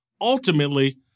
Ultimately